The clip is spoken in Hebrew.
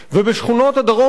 עמיתי חברי הכנסת,